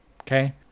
Okay